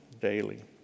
daily